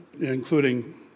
including